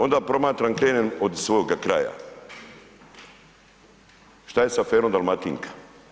Onda promatram, krenem od svojega kraja, šta je sa aferom Dalmatinka?